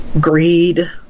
Greed